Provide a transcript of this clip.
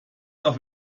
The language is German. auf